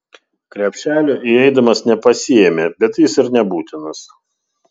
krepšelio įeidamas nepasiėmė bet jis ir nebūtinas